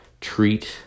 treat